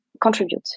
contribute